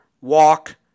walk